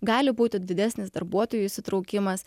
gali būti didesnis darbuotojų įsitraukimas